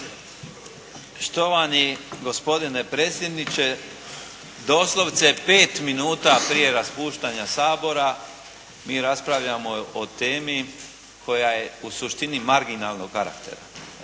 Štovani gospodine predsjedniče! Doslovce pet minuta prije raspuštanja Sabora mi raspravljamo o temi koja je u suštini marginalnog karaktera.